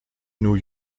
new